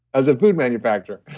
as a food manufacturer.